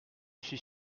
suis